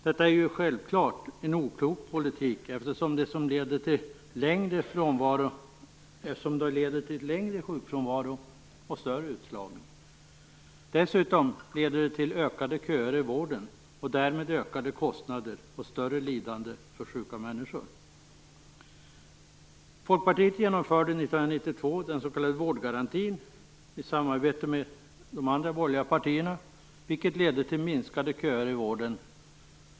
Detta är självfallet en oklok politik eftersom den leder till längre sjukfrånvaro och större utslagning. Dessutom leder den till ökade köer i vården, och därmed till ökade kostnader och större lidande för sjuka människor. Folkpartiet genomförde 1992 den s.k. vårdgarantin i samarbete med de andra borgerliga partierna. Detta ledde till minskade köer i vården.